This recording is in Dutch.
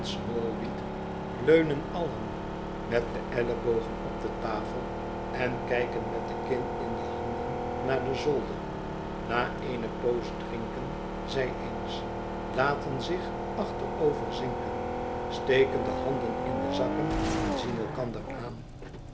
leunen allen met de ellebogen op de tafel en kijken met de kin in dé handen naar den zolder na eene poos drinken zij eens laten zich achteroverzinken steken de handen in de zakken en zien elkander aan